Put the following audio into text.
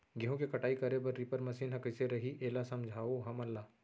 गेहूँ के कटाई करे बर रीपर मशीन ह कइसे रही, एला समझाओ हमन ल?